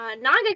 Naga